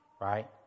Right